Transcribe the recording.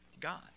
God